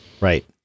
Right